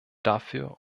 dafür